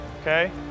okay